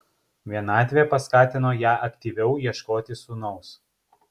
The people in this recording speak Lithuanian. vienatvė paskatino ją aktyviau ieškoti sūnaus